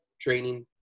Training